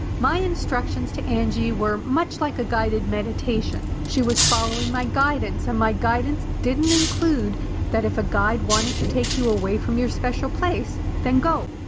my instructions to angie were much like a guided meditation. she was following my guidance and my guidance didn't include that if a guide wanted to take you away from your special place, then go.